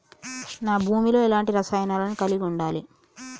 నా భూమి లో ఎలాంటి రసాయనాలను కలిగి ఉండాలి?